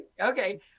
Okay